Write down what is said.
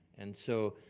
and so